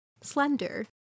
slender